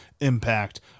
impact